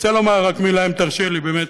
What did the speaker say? אני רוצה לומר רק מילה, אם תרשה לי, באמת,